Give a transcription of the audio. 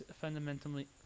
Fundamentally